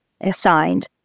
assigned